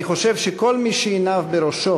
אני חושב שכל מי שעיניו בראשו